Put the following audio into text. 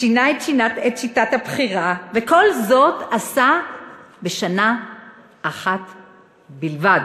שינה את שיטת הבחירה, וכל זאת עשה בשנה אחת בלבד.